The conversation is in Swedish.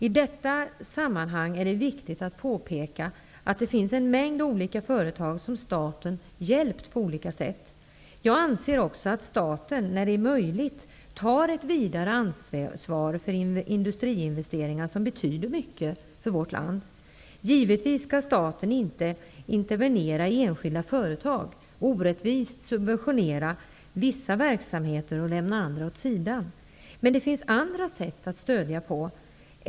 I detta sammanhang är det viktigt att påpeka att det finns en mängd olika företag som staten har hjälpt på olika sätt. Jag anser också att staten när det är möjligt tar ett vidare ansvar för industriinvesteringar som betyder mycket för vårt land. Givetvis skall staten inte intervenera i enskilda företag, orättvist subventionera vissa verksamheter och lämna andra åt sidan. Det finns emellertid andra sätt att ge stöd.